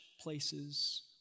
places